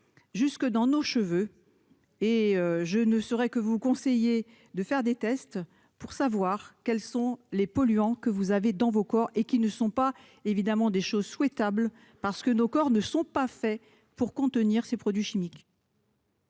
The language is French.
jusque dans nos cheveux et je ne saurais que vous conseiller de faire des tests pour savoir quels sont les polluants que vous avez dans vos cours et qui ne sont pas évidemment des choses souhaitable parce que nos corps ne sont pas faits pour contenir ces produits chimiques.